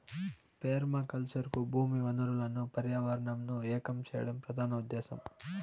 permaculture కు భూమి వనరులను పర్యావరణంను ఏకం చేయడం ప్రధాన ఉదేశ్యం